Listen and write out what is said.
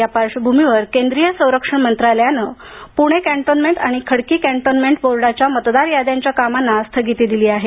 या पार्श्वखभूमीवर केंद्रीय संरक्षण मंत्रालयाने पूणे कॅन्टोन्मेंट आणि खडकी कॅन्टोन्मेंट बोर्डाच्या मतदार यांद्यांच्या कामांना स्थगिती दिली आहे